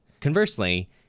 conversely